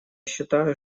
считаю